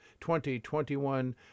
2021